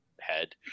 Head